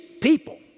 people